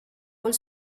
col